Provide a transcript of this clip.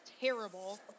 terrible